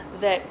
that